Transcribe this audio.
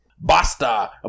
Basta